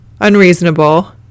unreasonable